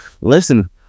listen